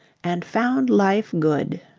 and found life good.